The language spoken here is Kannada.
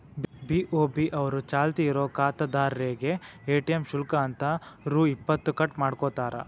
ಬಿ.ಓ.ಬಿ ಅವರು ಚಾಲ್ತಿ ಇರೋ ಖಾತಾದಾರ್ರೇಗೆ ಎ.ಟಿ.ಎಂ ಶುಲ್ಕ ಅಂತ ರೊ ಇಪ್ಪತ್ತು ಕಟ್ ಮಾಡ್ಕೋತಾರ